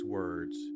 words